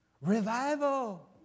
revival